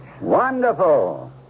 Wonderful